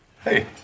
Hey